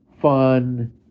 fun